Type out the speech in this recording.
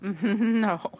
no